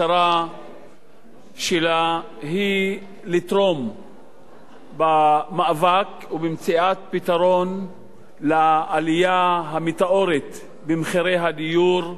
המטרה שלה היא לתרום במאבק ובמציאת פתרון לעלייה המטאורית במחירי הדיור,